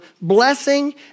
blessing